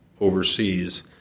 overseas